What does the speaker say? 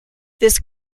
this